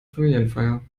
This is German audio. familienfeier